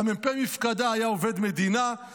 המ"פ מפקדה היה עובד מדינה,